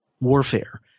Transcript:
warfare